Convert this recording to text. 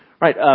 Right